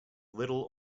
little